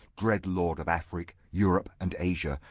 dread lord of afric, europe, and asia,